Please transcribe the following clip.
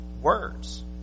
words